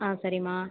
ஆ சரிம்மா